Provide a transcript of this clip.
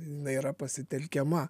jinai yra pasitelkiama